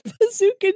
Bazooka